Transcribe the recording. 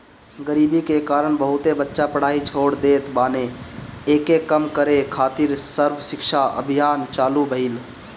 गरीबी के कारण बहुते बच्चा पढ़ाई छोड़ देत बाने, एके कम करे खातिर सर्व शिक्षा अभियान चालु भईल